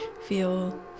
feel